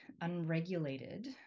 unregulated